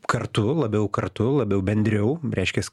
kartu labiau kartu labiau bendriau reiškias